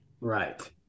Right